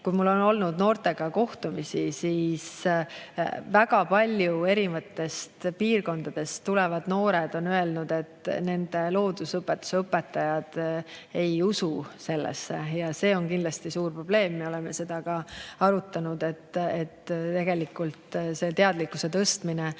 Kui mul on olnud noortega kohtumisi, siis väga paljud erinevatest piirkondadest pärit noored on öelnud, et nende loodusõpetuse õpetajad ei usu sellesse. See on kindlasti suur probleem. Me oleme seda ka arutanud, et tegelikult teadlikkuse tõstmine